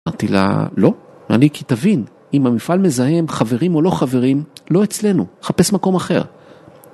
אמרתי לה, לא, אני כי תבין אם המפעל מזהם חברים או לא חברים, לא אצלנו, חפש מקום אחר.